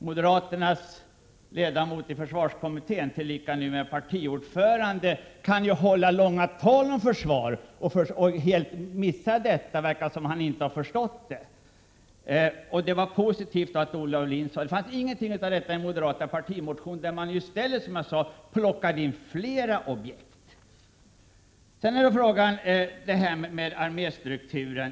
Moderaternas ledamot i försvarskommittén, numera partiordförande, kan ju hålla långa tal om försvaret och helt missa detta. Det verkar som om han inte har förstått det. Det var därför positivt att Olle Aulin sade detta. Det finns ingenting med av detta i den moderata partimotionen. I stället har man där plockat in fler objekt. Jag vill sedan ta upp frågan om arméstrukturen.